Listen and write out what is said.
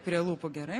prie lūpų gerai